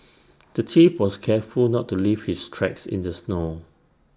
the thief was careful not to leave his tracks in the snow